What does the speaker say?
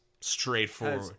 straightforward